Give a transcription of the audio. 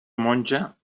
monja